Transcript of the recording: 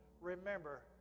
remember